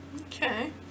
Okay